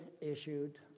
issued